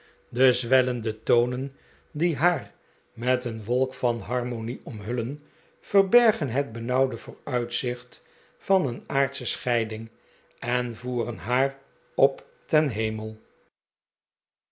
de zwellende tonen die haar met een wolk van harmonie omhullen verbergen het benauwende vooruitzicht van een aardsche scheiding en voeren haar op ten hemel